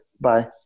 Bye